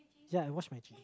yeah I wash my jeans